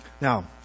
Now